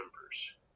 members